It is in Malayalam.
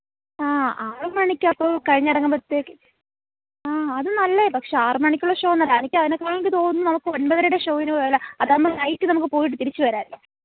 ആ ആറ് മണിക്ക് അപ്പോൾ കഴിഞ്ഞിറങ്ങുമ്പോഴത്തേക്ക് ആ അത് നല്ല പക്ഷേ ആറ് മണിക്കുള്ള ഷോ എന്നല്ല എനിക്ക് അതിനേക്കാൾ എനിക്ക് തോന്നുന്നു നമുക്ക് ഒൻപതരയുടെ ഷോവിന് പോയാലോ അതാവുമ്പം നൈറ്റ് നമുക്ക് പോയിട്ട് തിരിച്ച് വരാമല്ലോ